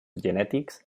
genètics